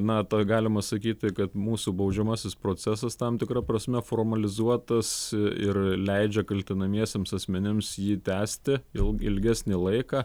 na ta galima sakyti kad mūsų baudžiamasis procesas tam tikra prasme formalizuotas ir leidžia kaltinamiesiems asmenims jį tęsti ilgesnį laiką